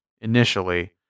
initially